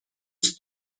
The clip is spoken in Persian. دوست